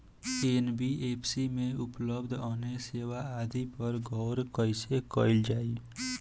NBFC में उपलब्ध अन्य सेवा आदि पर गौर कइसे करल जाइ?